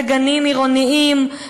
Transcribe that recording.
בגנים עירוניים,